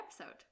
episode